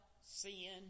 sin